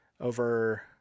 Over